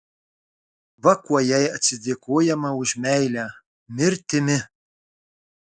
va kuo jai atsidėkojama už meilę mirtimi